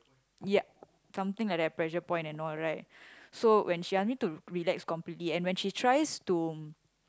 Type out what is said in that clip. ya something like that pressure point and all right so when she ask me to relax completely and when she tries to